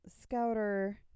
Scouter